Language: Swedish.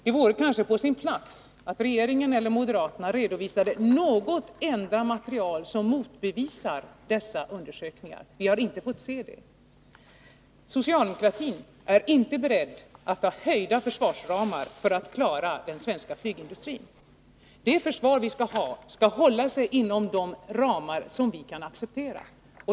Det vore kanske på sin plats att regeringen eller moderaterna redovisade något enda material som motbevisar dessa undersökningar. Vi har inte fått se det. Socialdemokratin är inte beredd att godta höjda försvarsramar för att klara den svenska flygindustrin. Det försvar vi skall ha skall hålla sig inom de ramar som vi kan acceptera.